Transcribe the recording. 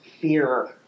fear